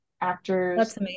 actors